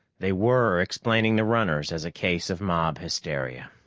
they were explaining the runners as a case of mob hysteria!